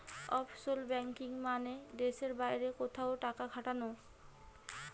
offshore banking মানে দেশের বাইরে কোথাও টাকা খাটানো